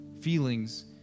feelings